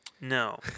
No